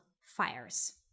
Fires